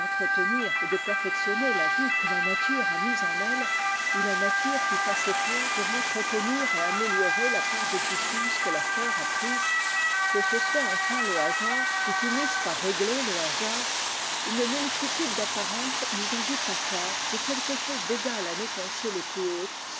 d'entretenir et de perfectionner la vie que la nature a mise en elle ou la nature qui fasse effort pour enti etenir et améliorer la part d'existence que la fleur a prise que ce soit enfin le hasard qui finisse par régler le hasard une multitude d'apparences nous invitent à croire que quelque chose d'égal à nos pensées les plus hautes